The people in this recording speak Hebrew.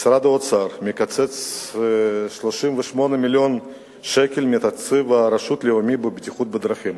משרד האוצר מקצץ 38 מיליון שקל מתקציב הרשות הלאומית לבטיחות בדרכים,